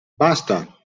basta